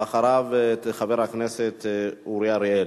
ואחריו, חבר הכנסת אורי אריאל.